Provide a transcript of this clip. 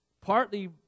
partly